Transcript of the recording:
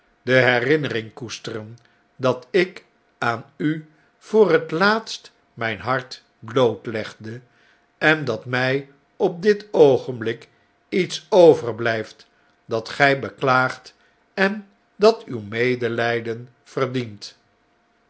de herinnering koesteren dat ik aan u voor het laatst mjjn hart blootlegde en dat mij op dit oogenblik iets overbljjft dat gjj beklaagt en dat uw medeljjden verdient